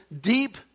deep